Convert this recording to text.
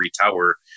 Tower